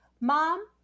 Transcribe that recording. Mom